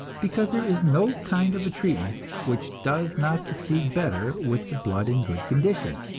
because there is no kind of treatment which does not succeed better with the blood in good condition.